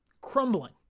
crumbling